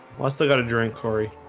well, i still got a drink cory.